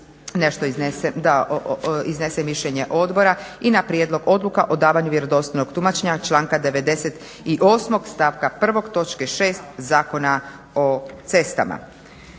da onda iznesem mišljenje odbora i na prijedlog Odluke o davanju vjerodostojnog tumačenja članka 98. stavka 1. točke 6. Zakona o cestama.